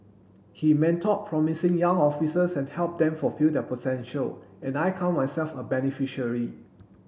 he mentored promising young officers and helped them fulfil their potential and I count myself a beneficiary